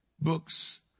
books